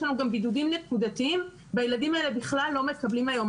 לנו גם בידודים נקודתיים והילדים האלה בכלל לא מקבלים היום